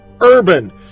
urban